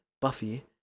Buffy